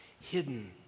hidden